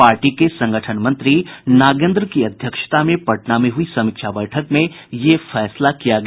party के संगठन मंत्री नागेन्द्र की अध्यक्षता में पटना में हुई समीक्षा बैठक में यह फैसला किया गया